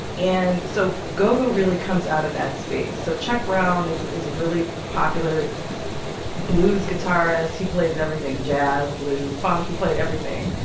and so go-go really comes out of that space so chuck brown is a really popular blues guitarist. he plays everything jazz, blues, funk. he played everything.